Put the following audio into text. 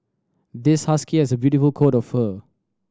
this husky has a beautiful coat of fur